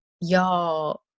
y'all